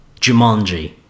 Jumanji